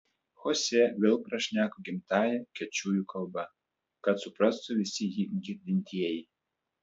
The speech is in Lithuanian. chosė vėl prašneko gimtąja kečujų kalba kad suprastų visi jį girdintieji